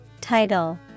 Title